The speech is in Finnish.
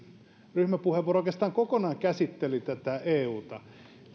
ryhmäpuheenvuoro oikeastaan kokonaan käsitteli euta